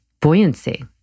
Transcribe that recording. buoyancy